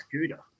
scooter